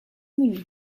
menü